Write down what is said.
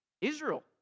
Israel